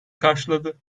karşıladı